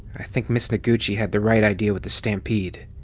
i think ms. noguchi had the right idea with the stampede,